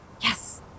Yes